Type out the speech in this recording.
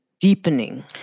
deepening